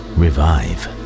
revive